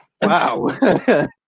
Wow